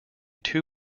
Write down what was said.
two